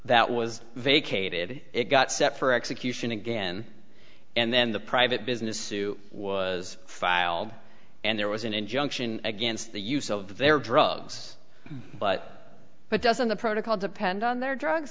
that was vacated it got set for execution again and then the private business suit was filed and there was an injunction against the use of their drugs but but doesn't the protocol depend on their drugs